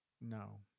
No